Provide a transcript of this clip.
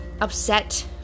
upset